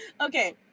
Okay